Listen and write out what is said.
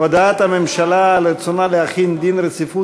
הודעת הממשלה על רצונה להחיל דין רציפות